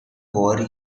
war